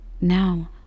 Now